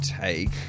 take